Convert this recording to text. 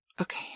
Okay